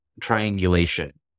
triangulation